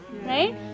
Right